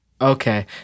Okay